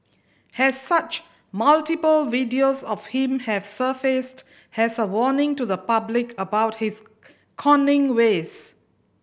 has such multiple videos of him have surfaced has a warning to the public about his conning ways